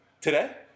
Today